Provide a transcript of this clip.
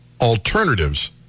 alternatives